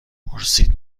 پرسید